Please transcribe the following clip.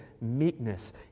meekness